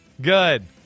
Good